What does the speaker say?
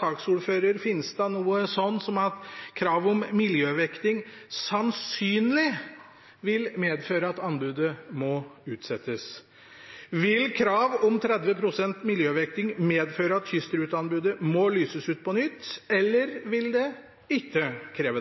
saksordfører Finstad noe sånt som at krav om miljøvekting sannsynligvis vil medføre at anbudet må utsettes. Vil krav om 30 pst. miljøvekting medføre at kystruteanbudet må lyses ut på nytt, eller vil det ikke